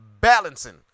balancing